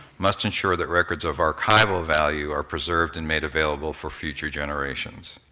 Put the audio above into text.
must ensure that records of archival value are preserved and made available for future generations.